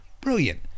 brilliant